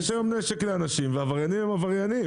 יש היום נשק לאנשים ועבריינים הם עבריינים.